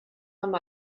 amb